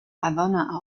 havanna